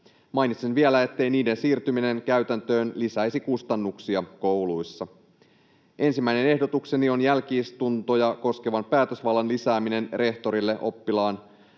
Mainitsen vielä, ettei niiden siirtyminen käytäntöön lisäisi kustannuksia kouluissa. Ensimmäinen ehdotukseni on jälki-istuntoja koskevan päätösvallan lisääminen rehtorille oppilaan